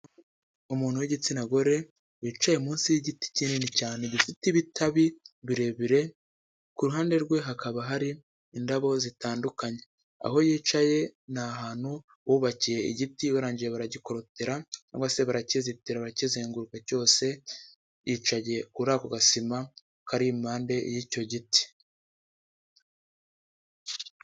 Umuntu w'igitsina gore wicaye munsi y'igiti kinini cyane gifite ibitabi birebire, ku ruhande rwe hakaba hari indabo zitandukanye, aho yicaye ni ahantu bubakiye igiti barangije baragikorotera cyangwa se barakizitira barakizenguruka cyose, yicaye kuri ako gasima kari impande y'icyo giti.